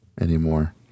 anymore